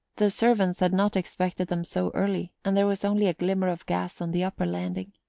the servants had not expected them so early, and there was only a glimmer of gas on the upper landing.